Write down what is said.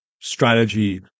strategy